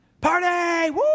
Party